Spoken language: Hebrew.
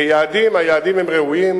כי היעדים הם יעדים ראויים,